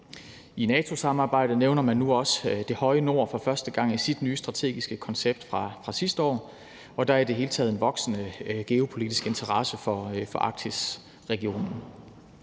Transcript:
I NATO-samarbejdet nævner man nu også det høje nord for første gang i sit nye strategiske koncept fra sidste år, og der er i det hele taget en voksende geopolitisk interesse for Arktisregionen.